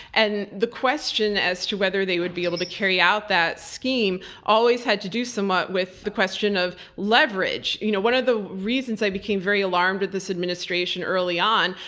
and the question as to whether they would be able to carry out that scheme always had to do somewhat with the question of leverage. you know one of the reasons i became very alarmed at this administration early on,